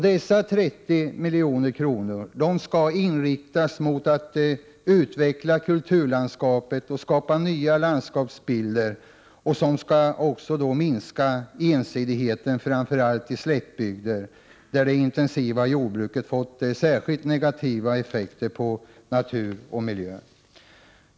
Dessa 30 milj.kr. skall inriktas mot att utveckla kulturlandskapet och skapa nya landskapsbilder för att minska ensidigheten framför allt i slättbygder, där det intensiva jordbruket fått särskilt negativa effekter på natur och miljö.